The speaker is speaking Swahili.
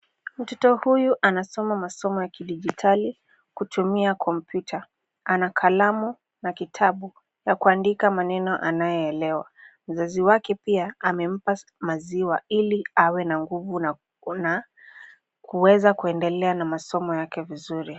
Mtoto huyu anasoma masomo ya kidijitali kutumia kompyuta. Ana kalamu na kitabu ya kuandika maneno anayoelewa. Mzazi wake pia amempa maziwa ili awe na nguvu na kuweza kuendelea na masomo yake vizuri.